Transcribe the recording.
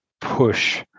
push